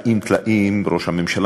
את נציב קבילות החיילים לנציב קבילות